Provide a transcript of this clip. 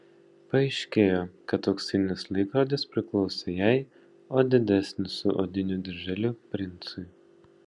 paaiškėjo kad auksinis laikrodis priklausė jai o didesnis su odiniu dirželiu princui